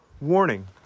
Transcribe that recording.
Warning